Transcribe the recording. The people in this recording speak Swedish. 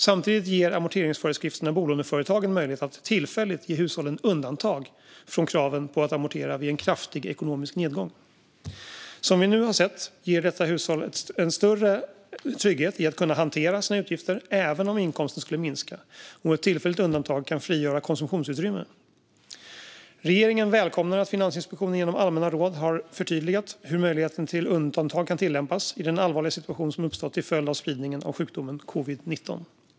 Samtidigt ger amorteringsföreskrifterna bolåneföretagen möjligheter att tillfälligt ge hushållen undantag från kraven på att amortera vid en kraftig ekonomisk nedgång. Som vi nu har sett ger detta hushållen en större trygghet i att kunna hantera sina utgifter även om inkomsten skulle minska, och ett tillfälligt undantag kan frigöra konsumtionsutrymme. Regeringen välkomnar att Finansinspektionen genom allmänna råd har förtydligat hur möjligheten till undantag kan tillämpas i den allvarliga situation som uppstått till följd av spridningen av sjukdomen covid-19.